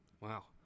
Wow